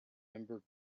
member